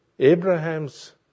Abraham's